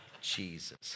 Jesus